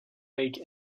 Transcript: lake